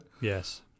Yes